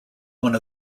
one